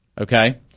okay